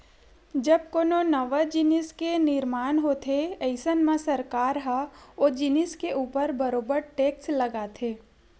जब कोनो नवा जिनिस के निरमान होथे अइसन म सरकार ह ओ जिनिस के ऊपर बरोबर टेक्स लगाथे